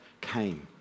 came